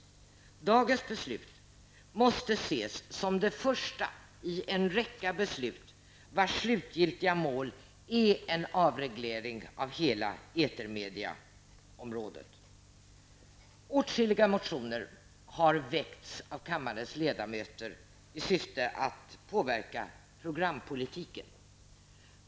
Dagens beslut måste ses som det första i en räcka beslut vars slutgiltiga mål är en avreglering av hela etermedieområdet. Åtskilliga motioner har väckts av kammarens ledamöter i syfte att påverka programpolitiken.